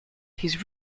his